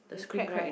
crack right